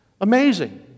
Amazing